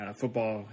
football